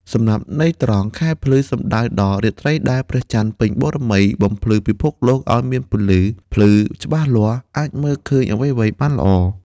សម្រាប់ន័យត្រង់ ខែភ្លឺ សំដៅដល់ រាត្រីដែលព្រះចន្ទពេញបូរមី បំភ្លឺពិភពលោកឲ្យមានពន្លឺភ្លឺច្បាស់លាស់ អាចមើលឃើញអ្វីៗបានល្អ។